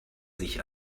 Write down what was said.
sich